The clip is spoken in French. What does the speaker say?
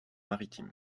maritime